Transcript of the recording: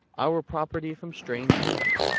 our pro perty from strange hands.